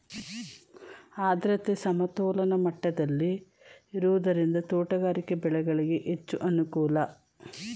ಆದ್ರತೆ ಸಮತೋಲನ ಮಟ್ಟದಲ್ಲಿ ಇರುವುದರಿಂದ ತೋಟಗಾರಿಕೆ ಬೆಳೆಗಳಿಗೆ ಹೆಚ್ಚು ಅನುಕೂಲ